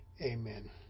Amen